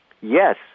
yes